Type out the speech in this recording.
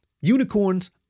Unicorns